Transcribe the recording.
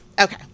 okay